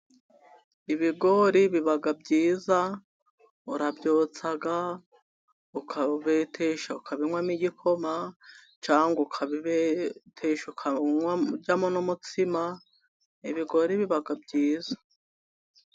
Ibigori biba byiza, urabyotsa, ukabetesha ukabinywamo igikoma, cyangwa ukabibetesha ukabiryamo n'umutsima, ibigori bibaga byiza.